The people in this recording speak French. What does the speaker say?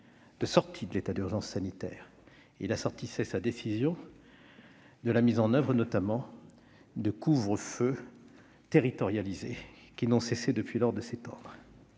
de sortie de l'état d'urgence sanitaire. Il assortissait sa décision de la mise en oeuvre, notamment, de couvre-feux territorialisés, qui n'ont cessé depuis lors de s'étendre.